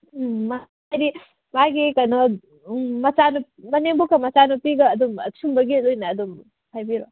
ꯎꯝ ꯍꯥꯏꯗꯤ ꯃꯥꯒꯤ ꯀꯩꯅꯣ ꯃꯅꯦꯝꯕꯣꯛꯀ ꯃꯆꯥꯅꯨꯄꯤꯒ ꯑꯗꯨꯝ ꯁꯨꯝꯕꯒꯤ ꯑꯣꯏꯅ ꯑꯗꯨꯝ ꯍꯥꯏꯕꯤꯔꯛꯑꯣ